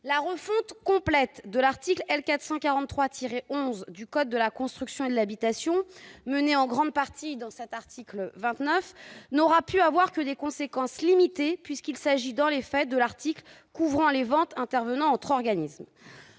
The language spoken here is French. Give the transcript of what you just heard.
La refonte complète de l'article L. 443-11 du code de la construction et de l'habitation, menée en grande partie dans l'article 29, n'aurait que des conséquences limitées, puisqu'il s'agit, dans les faits, de l'article couvrant les ventes intervenant entre organismes.